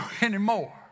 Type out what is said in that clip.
anymore